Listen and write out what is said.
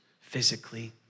physically